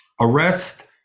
arrest